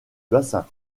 bassin